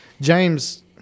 James